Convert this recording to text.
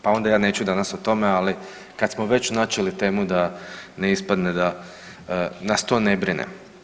Pa onda ja neću danas o tome, ali kada smo već načeli temu da ne ispadne da nas to ne brine.